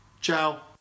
Ciao